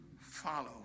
Follow